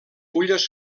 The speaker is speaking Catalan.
fulles